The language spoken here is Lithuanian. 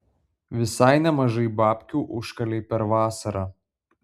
visai nemažai babkių užkalei per vasarą